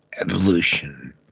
Evolution